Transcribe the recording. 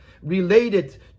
related